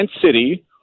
city